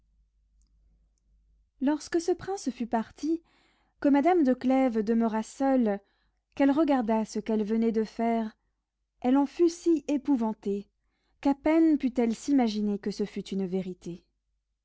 lorsque ce prince fut parti que madame de clèves demeura seule qu'elle regarda ce qu'elle venait de faire elle en fut si épouvantée qu'à peine put-elle s'imaginer que ce fût une vérité